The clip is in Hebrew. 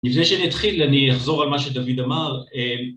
עם זה שנתחיל אני אחזור על מה שדוד אמר